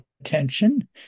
attention